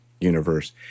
universe